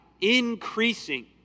increasing